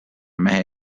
mehe